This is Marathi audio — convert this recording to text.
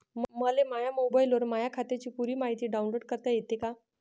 मले माह्या मोबाईलवर माह्या खात्याची पुरी मायती डाऊनलोड करता येते का?